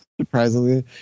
Surprisingly